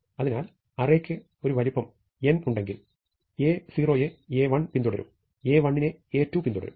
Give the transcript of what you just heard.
അതിനാൽ അറേക്ക് ഒരു വലിപ്പം n ഉണ്ടെങ്കിൽ A0 യെ A1 പിന്തുടരും A1 നെ A1 പിന്തുടരും അങ്ങനെ An 1 വരെ